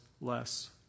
less